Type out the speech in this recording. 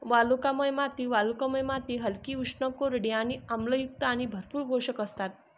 वालुकामय माती वालुकामय माती हलकी, उष्ण, कोरडी आणि आम्लयुक्त आणि भरपूर पोषक असतात